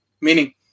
meaning